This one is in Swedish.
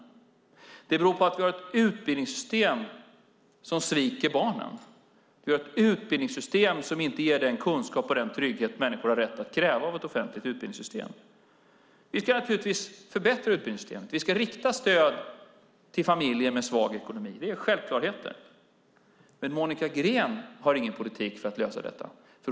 Det beror också på att vi har ett utbildningssystem som sviker barnen. Vi har ett utbildningssystem som inte ger den kunskap och den trygghet människor har rätt att kräva av ett offentligt utbildningssystem. Vi ska naturligtvis förbättra utbildningssystemet. Vi ska rikta stöd till familjer med svag ekonomi. Det är självklarheter. Men Monica Green har ingen politik för att lösa detta.